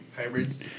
Hybrids